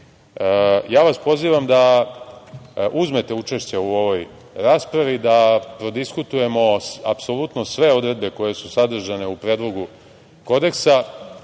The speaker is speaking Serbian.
vas pozivam da uzmete učešće u ovoj raspravi, da prodiskutujemo apsolutno sve odredbe koje su sadržane u Predlogu kodeksa,